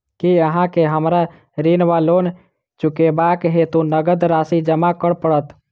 की अहाँ केँ हमरा ऋण वा लोन चुकेबाक हेतु नगद राशि जमा करऽ पड़त?